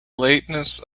lateness